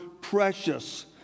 precious